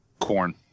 Corn